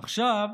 עכשיו